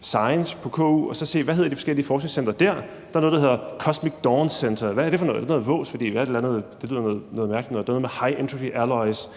Science på KU og se på, hvad de forskellige forskningscentre så hedder der. Jeg kan se, at der er noget, der hedder Cosmic Dawn Center. Hvad er det for noget? Er det noget vås? For det lyder da af noget mærkeligt noget. Der er noget